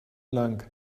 lang